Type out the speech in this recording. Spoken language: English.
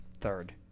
third